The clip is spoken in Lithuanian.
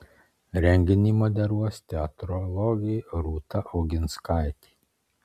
renginį moderuos teatrologė rūta oginskaitė